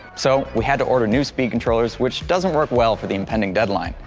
so we had to order new speed controllers which doesn't work well for the impending deadline.